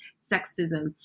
sexism